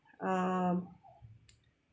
um